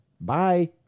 bye